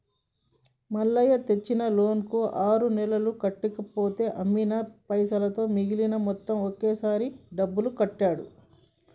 మల్లయ్య తెచ్చిన లోన్ కు ఆరు నెలలు కట్టి పోతా అమ్మిన పైసలతో మిగిలిన మొత్తం ఒకటే సారి డబ్బులు కట్టిండు